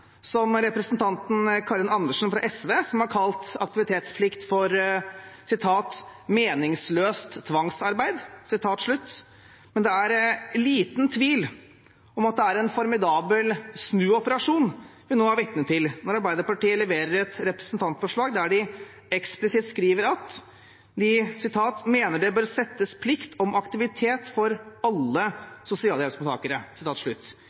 som representanten Karin Andersen fra SV, som har kalt aktivitetsplikt for «meningsløst tvangsarbeid». Men det er liten tvil om at det er en formidabel snuoperasjon vi nå er vitne til, når Arbeiderpartiet leverer et representantforslag der de eksplisitt skriver at de «mener det bør settes plikt om aktivitet for alle